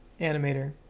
animator